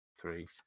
three